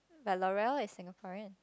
but L'oreal is Singaporean